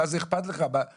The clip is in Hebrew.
מה זה אכפת לך?' אמרתי,